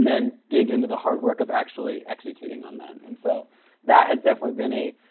then dig into the hard work of actually executing on them. and so that has definitely been a